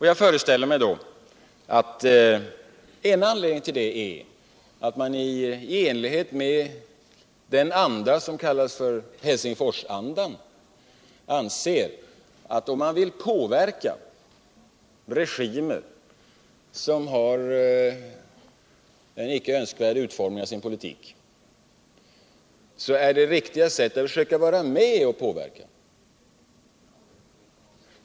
Jag föreställer mig att en anledning till detta är att de, i enlighet med den anda som kallas för Helsingforsandan, anser att om man vill påverka regimer som har en icke önskvärd utformning av sin politik, då är det riktiga sättet att försöka vara med där man kan påverka.